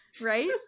right